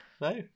No